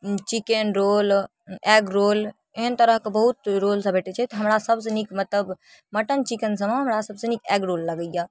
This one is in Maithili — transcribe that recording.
चिकन रोल एग रोल एहन तरहके बहुत रोलसब भेटै छै तऽ हमरा सबसँ नीक मतलब मटन चिकन सबमे हमरा सबसँ नीक एग रोल लगैए